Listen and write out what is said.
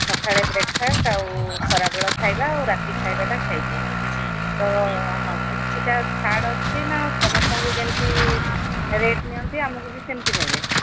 ସକାଳେ breakfast ଆଉ ଖରାବେଳ ଖାଇବା ଆଉ ରାତି ଖାଇବାଟା ଖାଇବୁ ତ ହଁ କିଛିଟା ଛାଡ଼ ଅଛି ନା ସମସ୍ତଙ୍କୁ ଯେମିତି ରେଟ୍ ନିଅନ୍ତି ଆମକୁ ବି ସେମିତି ନେବେ